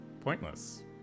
pointless